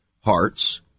hearts